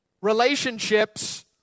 Relationships